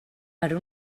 per